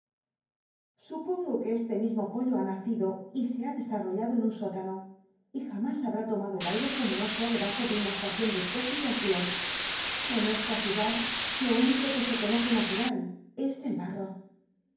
rutlongo que este mismo pollo ha nacido y re ha desarrollado en un sótano y jam is halmi tomado el aire como no sea debajo de una c tacion de coches de alquiler en esta ciudad lo ún ico qnc se conoce na tmal es el barro